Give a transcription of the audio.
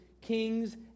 kings